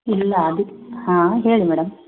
ಇಲ್ಲ ಅದಿಕ್ಕೆ ಹಾಂ ಹೇಳಿ ಮೇಡಮ್